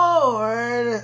Lord